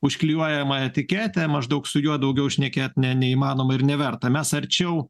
užklijuojama etiketė maždaug su juo daugiau šnekėt ne neįmanoma ir neverta mes arčiau